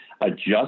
adjust